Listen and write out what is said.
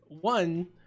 One